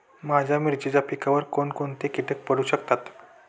माझ्या मिरचीच्या पिकावर कोण कोणते कीटक पडू शकतात?